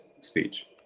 speech